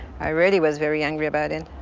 i really was very angry about it.